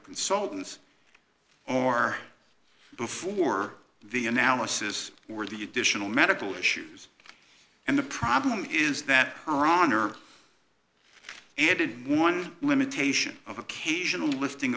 consultants or before the analysis or the additional medical issues and the problem is that iran are added one limitation of occasional lifting